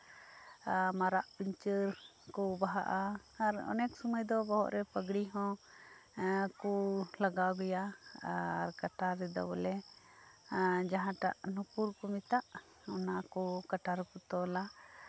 ᱟᱨ ᱢᱟᱨᱟᱜ ᱯᱤᱧᱪᱟᱹᱨ ᱠᱚ ᱵᱟᱦᱟᱜᱼᱟ ᱟᱨ ᱚᱱᱮᱠ ᱥᱚᱢᱚᱭ ᱫᱚ ᱵᱚᱦᱚᱜ ᱨᱮ ᱯᱟᱜᱽᱲᱤ ᱦᱚᱸᱠᱚ ᱞᱟᱜᱟᱣ ᱜᱮᱭᱟ ᱟᱨ ᱠᱟᱴᱟ ᱨᱮᱫᱚ ᱵᱚᱞᱮ ᱮᱸᱫ ᱡᱟᱦᱟᱸᱴᱟᱜ ᱱᱩᱯᱩᱨ ᱠᱚ ᱢᱮᱛᱟᱜ ᱚᱱᱟᱠᱚ ᱠᱟᱴᱟ ᱨᱮᱠᱚ ᱛᱚᱞᱟ